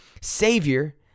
savior